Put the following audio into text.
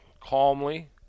calmly